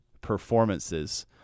performances